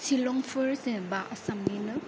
शिलंफोर जेनेबा आसामनिनो